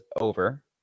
over